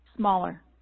smaller